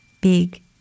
big